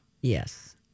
Yes